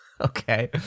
Okay